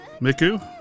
Miku